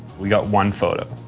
we got one photo.